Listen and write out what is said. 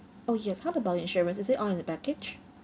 oh yes how about insurance is it all in the package